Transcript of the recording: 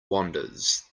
wanders